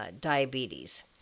diabetes